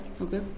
Okay